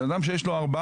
בן אדם שיש לו ארבעה,